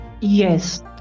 Yes